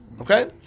Okay